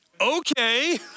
Okay